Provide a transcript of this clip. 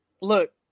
look